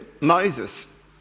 Moses